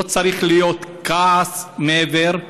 לא צריך להיות כעס מעבר.